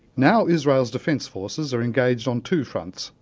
now israel's defence forces are engaged on two fronts,